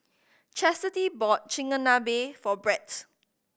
Chastity bought Chigenabe for Brett